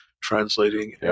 translating